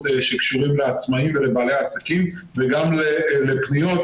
שקשורים לעצמאים ולבעלי עסקים וגם לפניות,